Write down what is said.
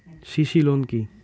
CC loan কি?